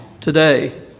today